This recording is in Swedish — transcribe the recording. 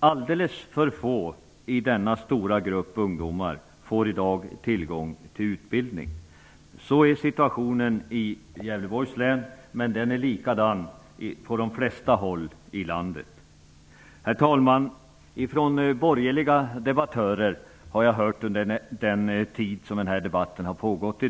Alldeles för få i denna stora grupp ungdomar får i dag tillgång till utbildning. Så är situationen i Gävleborgs län. Den är likadan på de flesta håll i landet. Herr talman! Under debatten i dag har jag från flera borgerliga debattörer fått höra samma sak.